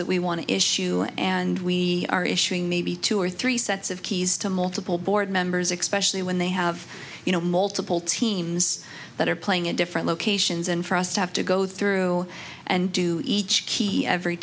that we want to issue and we are issuing maybe two or three sets of keys to multiple board members expression when they have you know multiple teams that are playing in different locations and for us to have to go through and do each key every